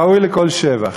ראוי לכל שבח.